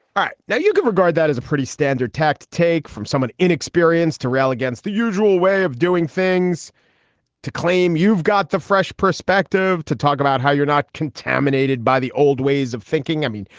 right. now, you regard that as a pretty standard tack to take from someone inexperienced to rail against the usual way of doing things to claim you've got the fresh perspective to talk about how you're not contaminated by the old ways of thinking. i mean,